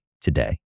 today